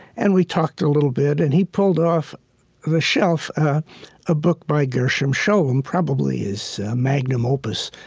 and we talked a little bit, and he pulled off the shelf a book by gershom scholem, probably his magnum opus.